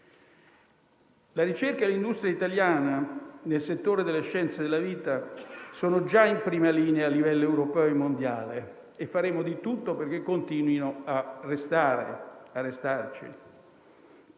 La ricerca e l'industria italiana nel settore delle scienze della vita sono già in prima linea a livello europeo e mondiale e faremo di tutto perché continuino a restarci.